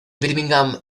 birmingham